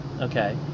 Okay